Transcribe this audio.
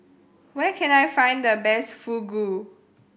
where can I find the best Fugu